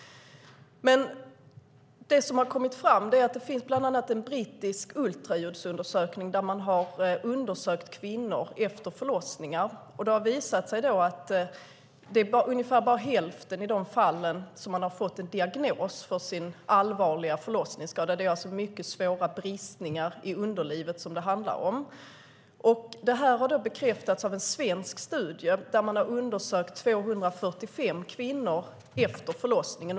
I en brittisk ultraljudsundersökning där man har undersökt kvinnor efter förlossningar har det visat sig att i ungefär bara hälften av fallen har kvinnan fått en diagnos för sin allvarliga förlossningsskada. Det är alltså mycket svåra bristningar i underlivet som det handlar om. Det här har bekräftats av en svensk studie där man har undersökt 245 kvinnor efter förlossningen.